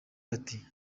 bati